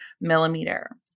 millimeter